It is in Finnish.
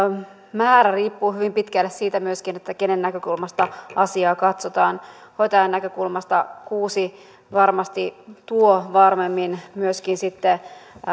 määrä riippuu hyvin pitkälle myöskin siitä kenen näkökulmasta asiaa katsotaan hoitajan näkökulmasta kuusi varmasti tuo varmemmin myöskin sitten